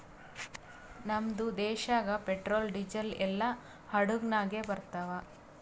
ನಮ್ದು ದೇಶಾಗ್ petrol, diesel ಎಲ್ಲಾ ಹಡುಗ್ ನಾಗೆ ಬರ್ತಾವ್